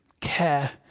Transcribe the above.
care